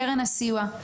קרן הסיוע,